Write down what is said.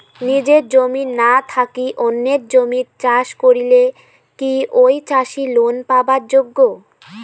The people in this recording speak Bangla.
নিজের জমি না থাকি অন্যের জমিত চাষ করিলে কি ঐ চাষী লোন পাবার যোগ্য?